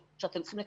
שאתם צריכים לקבל,